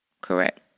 Correct